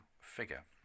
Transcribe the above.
figure